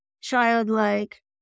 childlike